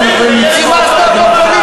אתה פופוליסט, אתה פופוליסט.